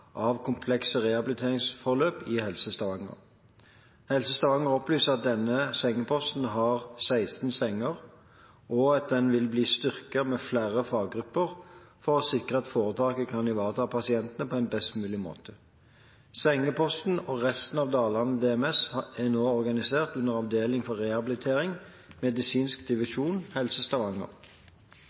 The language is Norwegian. komplekse rehabiliteringsforløp i Helse Stavanger. Helse Stavanger opplyser at denne sengeposten har 16 senger, og at den vil bli styrket med flere faggrupper for å sikre at foretaket kan ivareta pasientene på en best mulig måte. Sengeposten og resten av Dalane DMS er nå organisert under Avdeling for Rehabilitering, Medisinsk Divisjon, Helse Stavanger.